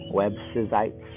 websites